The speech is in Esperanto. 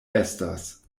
estas